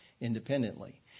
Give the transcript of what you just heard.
independently